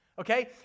okay